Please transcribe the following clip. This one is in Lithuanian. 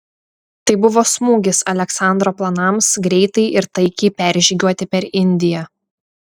tai buvo smūgis aleksandro planams greitai ir taikiai peržygiuoti per indiją